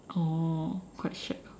oh quite shag ah